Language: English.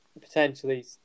potentially